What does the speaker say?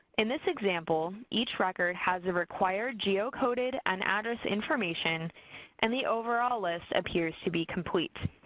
in this example, each record has the required geocoded and address information and the overall list appears to be complete.